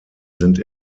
sind